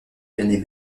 l’année